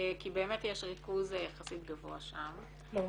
באמת יש ריכוז יחסית גבוה שם -- לא,